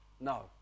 no